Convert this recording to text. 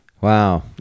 Wow